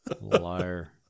Liar